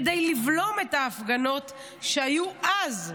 כדי לבלום את ההפגנות שהיו אז,